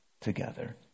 together